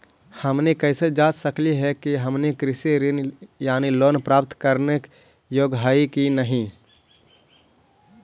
हमनी कैसे जांच सकली हे कि हमनी कृषि ऋण यानी लोन प्राप्त करने के योग्य हई कि नहीं?